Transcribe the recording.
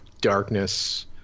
darkness